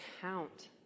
count